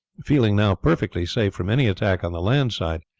feeling now perfectly safe from any attack on the land side,